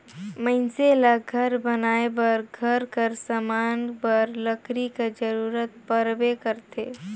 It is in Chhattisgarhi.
मइनसे ल घर बनाए बर, घर कर समान बर लकरी कर जरूरत परबे करथे